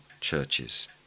churches